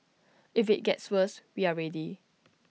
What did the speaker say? if IT gets worse we are ready